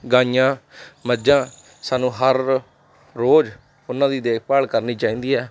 ਗਾਈਆਂ ਮੱਝਾਂ ਸਾਨੂੰ ਹਰ ਰੋਜ਼ ਉਹਨਾਂ ਦੀ ਦੇਖਭਾਲ ਕਰਨੀ ਚਾਹੀਦੀ ਹੈ